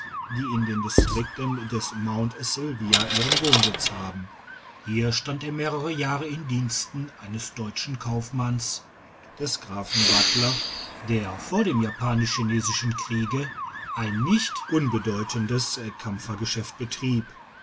die in den distrikten des mt silvia ihre wohnsitze haben hier stand er mehrere jahre in diensten eines deutschen kaufmanns des grafen buttler der vor dem japanischchinesischen kriege ein nicht unbedeutendes kampfergeschäft betrieb